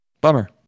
Bummer